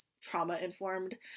trauma-informed